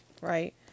right